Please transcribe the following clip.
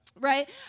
right